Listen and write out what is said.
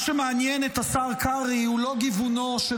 מה שמעניין את השר קרעי הוא לא גיוונו של